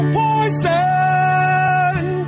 poison